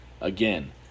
Again